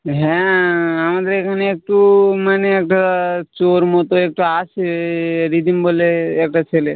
হ্যাঁ আমাদের এখানে একটু মানে একটা চোর মতো একটু আসে এ ঋতম বলে একটা ছেলে